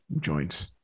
joints